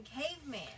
Caveman